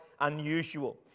unusual